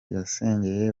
yasengeye